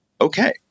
okay